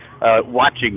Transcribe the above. watching